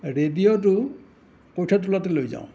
ৰেডিঅ'টো কঠিয়া তোলাতে লৈ যাওঁ